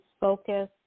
focus